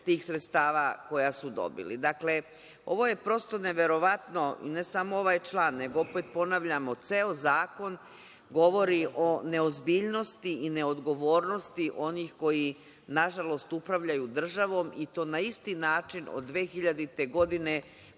tih sredstava koja su dobili? Dakle, ovo je prosto neverovatno, ne samo ovaj član nego ceo zakon koji govori o neozbiljnosti i neodgovornosti onih koji na žalost upravljaju državom i to na isti način od 2000. godine